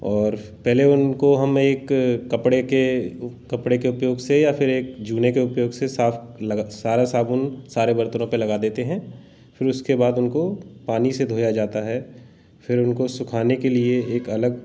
और पहले उनको हम एक कपड़े कपड़े के उपयोग से या फिर एक जूने के उपयोग से साफ सारा साबुन सारे बर्तनों पे लगा देते हैं फिर उसके बाद उनको पानी से धोया जाता है फिर उनको सुखाने के लिए एक अलग